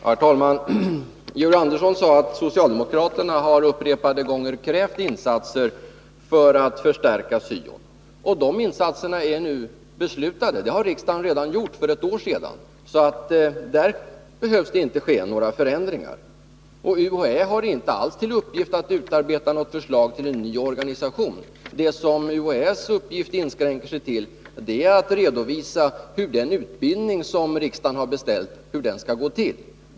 Herr talman! Georg Andersson sade att socialdemokraterna upprepade gånger har krävt insatser för att förstärka syo. De insatserna fattade riksdagen beslut om för ett år sedan. Där behövs alltså inga förändringar. UHÄ har inte alls till uppgift att utarbeta något förslag till en ny organisation. Dess uppgift inskränker sig till att redovisa hur den utbildning som riksdagen har beställt skall gå till.